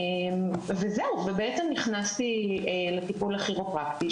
וזהו, נכנסתי לטיפול הכירופרקטי.